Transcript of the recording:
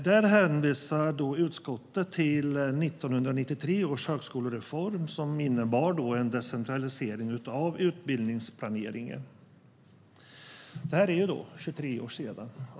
Där hänvisar utskottet till 1993 års högskolereform, som innebar en decentralisering av utbildningsplaneringen. Det är nu 23 år sedan.